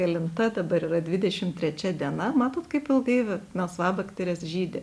kelinta dabar yra dvidešim trečia diena matot kaip ilgai melsvabakterės žydi